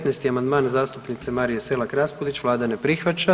19. amandman zastupnice Marije Selak Raspudić, Vlada ne prihvaća.